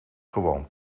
gewoon